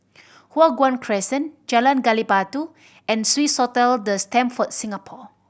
Hua Guan Crescent Jalan Gali Batu and Swissotel The Stamford Singapore